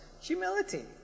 Humility